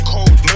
Cold